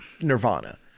Nirvana